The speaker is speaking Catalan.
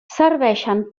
serveixen